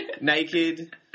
naked